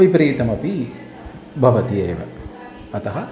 विपरीतमपि भवति एव अतः